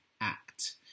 Act